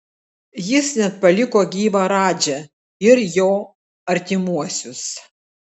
jis net paliko gyvą radžą ir jo artimuosius